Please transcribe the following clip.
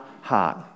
heart